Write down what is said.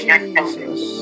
Jesus